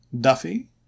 Duffy